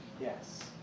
Yes